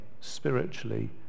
spiritually